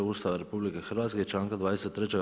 Ustava RH i članka 23.